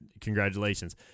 congratulations